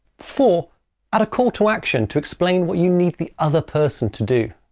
four. add a call-to-action to explain what you need the other person to do.